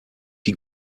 die